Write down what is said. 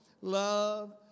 Love